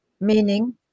meaning